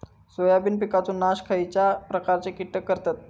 Soybean पिकांचो नाश खयच्या प्रकारचे कीटक करतत?